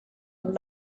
and